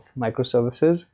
microservices